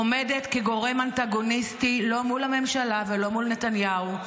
עומדת כגורם אנטגוניסטי לא מול הממשלה ולא מול נתניהו,